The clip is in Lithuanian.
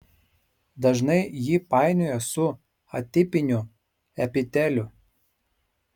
dažnai jį painioja su atipiniu epiteliu